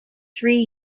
three